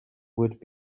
would